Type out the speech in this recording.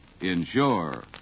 ensure